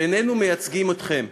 שאיננו מייצגים אתכם.